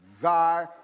Thy